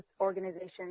organizations